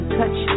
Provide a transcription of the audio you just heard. touch